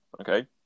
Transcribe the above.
okay